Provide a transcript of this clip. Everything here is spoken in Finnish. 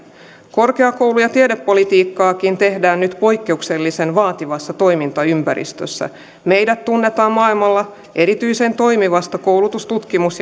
korkeakoulu ja tiedepolitiikkaakin tehdään nyt poikkeuksellisen vaativassa toimintaympäristössä meidät tunnetaan maailmalla erityisen toimivasta koulutus tutkimus